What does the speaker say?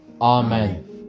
Amen